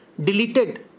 deleted